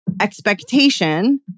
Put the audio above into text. expectation